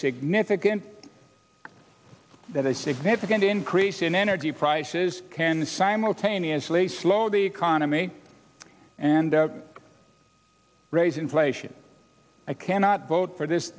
significant that a significant increase in energy prices can simultaneously slow the economy and raise inflation i cannot vote for this